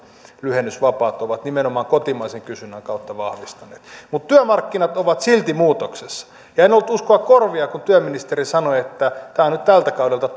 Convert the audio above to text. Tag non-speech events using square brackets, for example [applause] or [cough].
lyhennysvapaat ovat nimenomaan kotimaisen kysynnän kautta vahvistaneet mutta työmarkkinat ovat silti muutoksessa ja en ollut uskoa korviani kun työministeri sanoi että tämä on nyt tältä kaudelta [unintelligible]